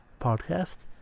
podcast